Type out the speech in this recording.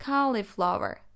Cauliflower